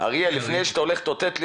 לפני שאתה הולך תאותת לי.